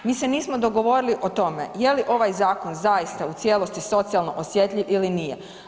Mi se nismo dogovorili o tome je li ovaj zakon zaista u cijelosti socijalno osjetljiv ili nije.